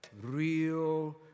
Real